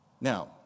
now